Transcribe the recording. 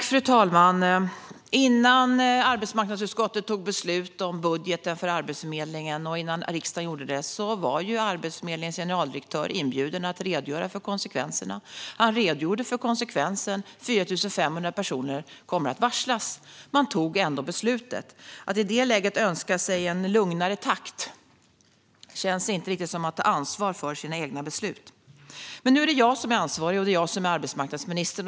Fru talman! Innan arbetsmarknadsutskottet och riksdagen fattade beslut om budgeten för Arbetsförmedlingen var Arbetsförmedlingens generaldirektör inbjuden att redogöra för konsekvenserna. Han redogjorde för konsekvensen att 4 500 personer skulle komma att varslas. Ändå fattades detta beslut. Det känns dock inte riktigt som att man tar ansvar för sina egna beslut när man i detta läge önskar sig en lugnare takt. Nu är det dock jag som är ansvarig och som är arbetsmarknadsminister.